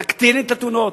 נקטין את מספר התאונות,